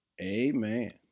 amen